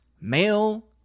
male